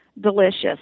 delicious